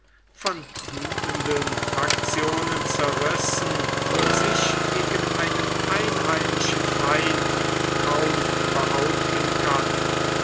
von wüthenden faktionen zerrissen sich gegen einen einheimischen feind kaum behaupten kann